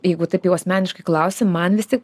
jeigu taip jau asmeniškai klausi man vis tik